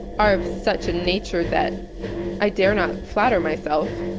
are of such a nature that i dare not flatter myself